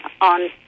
on